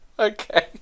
Okay